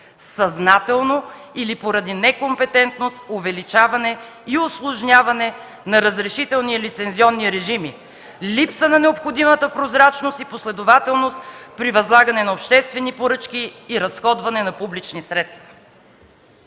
съзнателно или поради некомпетентност увеличаване и усложняване на разрешителни и лицензионни режими, липса на необходимата прозрачност и последователност при възлагане на обществени поръчки и разходване на публични средства.